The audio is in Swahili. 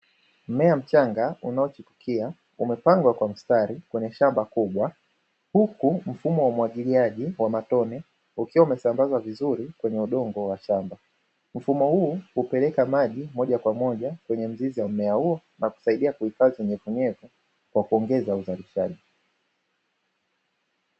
Mmea mchanga unaochipukia, umepangwa kwa mstari ndani ya shamba kubwa, huku mfumo wa umwagiliaji wa matone ukiwa umesambazwa vizuri kwenye udongo wa shamba. Mfumo huu hupeleka maji moja kwa moja kwenye mzizi wa mmea na kusaidia kuhifadhi unyevuunyevu na kuongeza uzalishaji.